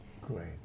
Great